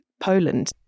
Poland